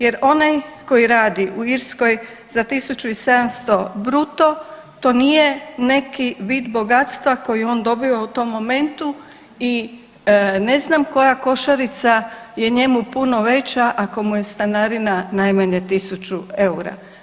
Jer onaj koji radi u Irskoj za tisuću i 700 bruto to nije neki vid bogatstva koji on dobiva u tom momentu i ne znam koja košarica je njemu puno veća ako mu je stanarina najmanje tisuću eura.